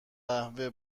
قهوه